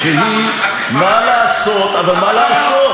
איך לא רעדה לך היד?